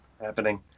happening